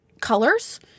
colors